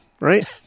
right